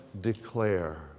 declare